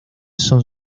son